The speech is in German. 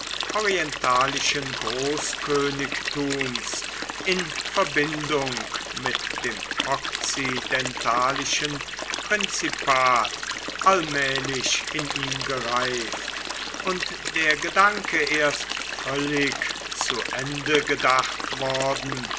orientalischen großkönigtums in verbindung mit dem okzidentalischen prinzipat allmählich in ihm gereift und der gedanke erst völlig zu ende gedacht worden